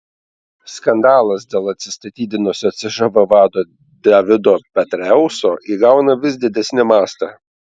skandalas dėl atsistatydinusio cžv vado davido petraeuso įgauna vis didesnį mastą